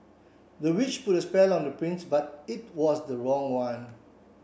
the witch put a spell on the prince but it was the wrong one